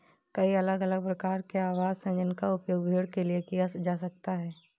कई अलग अलग प्रकार के आवास हैं जिनका उपयोग भेड़ के लिए किया जा सकता है